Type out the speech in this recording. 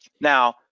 Now